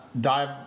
dive